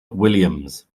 williams